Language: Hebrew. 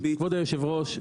כבוד היושב-ראש,